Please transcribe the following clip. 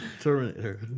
Terminator